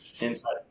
inside